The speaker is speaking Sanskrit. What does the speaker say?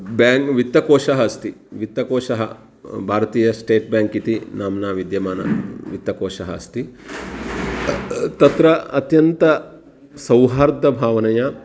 बेङ्क् वित्तकोषः अस्ति वित्तकोषः भारतीय स्टेट् बेङ्क् इति नाम्ना विद्यमानः वित्तकोषः अस्ति तत्र अत्यन्त सौहार्दभावनया